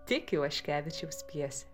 tik ivaškevičiaus pjesė